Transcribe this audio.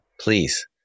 please